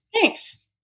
Thanks